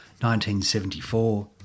1974